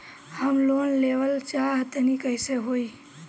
हम लोन लेवल चाह तानि कइसे होई?